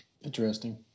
Interesting